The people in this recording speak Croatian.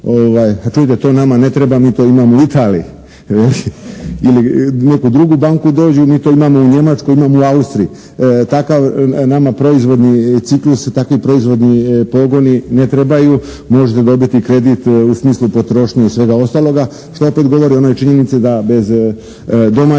čujte to nama ne treba mi to imamo u Italiji, ili u neku drugu banku dođu, mi to imamo u Njemačkoj, imamo u Austriji. Takav nama proizvodni ciklus, takvi proizvodni pogoni ne trebaju. Možete dobiti kredit u smislu potrošnje i svega ostaloga što opet govori o onoj činjenici da bez domaće